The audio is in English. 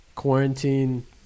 quarantine